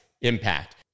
impact